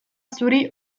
zuri